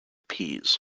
peas